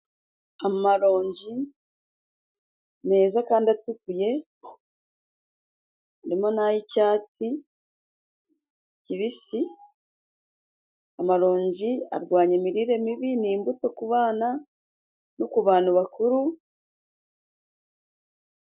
Amaronji meza kandi atukuye, harimo n'ay'icyatsi kibisi. Amaronji arwanya imirire mibi ni imbuto ku bana no ku bantu bakuru.